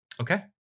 Okay